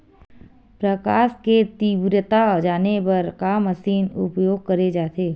प्रकाश कि तीव्रता जाने बर का मशीन उपयोग करे जाथे?